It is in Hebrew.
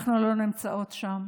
אנחנו לא נמצאות שם.